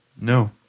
No